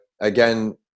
again